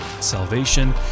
salvation